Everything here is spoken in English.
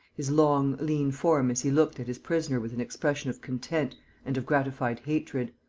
his long, lean form as he looked at his prisoner with an expression of content and of gratified hatred.